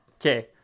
Okay